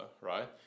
right